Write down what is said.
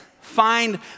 find